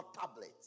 tablets